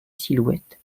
silhouette